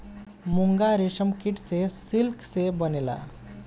मूंगा रेशम कीट से सिल्क से बनेला